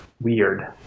weird